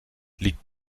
liegt